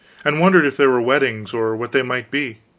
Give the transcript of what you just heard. and wondered if they were weddings or what they might be.